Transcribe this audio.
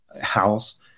house